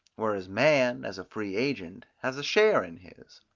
whereas man, as a free agent, has a share in his.